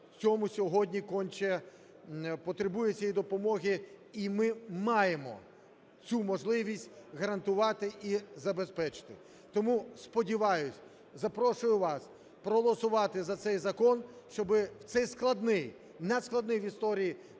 цьому сьогодні… конче потребує цієї допомоги, і ми маємо цю можливість гарантувати і забезпечити. Тому сподіваюсь, запрошую вас проголосувати за цей закон, щоби в цей складний, надскладний в історії